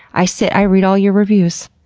i sit, i read all your reviews.